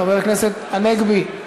חבר הכנסת הנגבי.